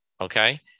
Okay